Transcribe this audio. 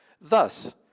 Thus